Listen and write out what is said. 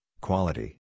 quality